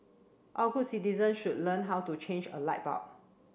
all good citizens should learn how to change a light bulb